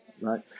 Right